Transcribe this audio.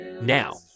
Now